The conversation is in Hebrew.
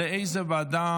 להוסיף את מי?